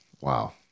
Wow